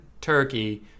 turkey